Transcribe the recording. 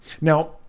now